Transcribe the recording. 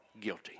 guilty